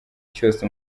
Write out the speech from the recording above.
cyose